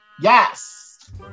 Yes